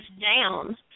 down